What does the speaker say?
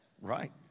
Right